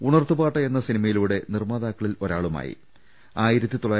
ഉണർത്തുപാട്ട് എന്ന സിനിമയുടെ നിർമാതാ ക്കളിൽ ഒരാളായി